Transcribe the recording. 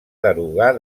derogar